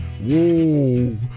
Whoa